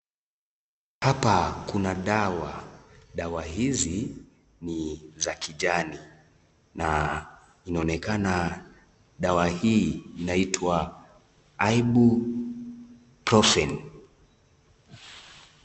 Hapa kuna dawa. Dawa hizi ni za kijani na inaonekana dawa hii inaitwa Ibuprofen .